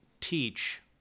teach